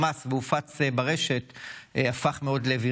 לך: "מי האיש החפץ חיים אוהב ימים לראות טוב,